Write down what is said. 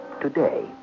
today